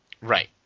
Right